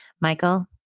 Michael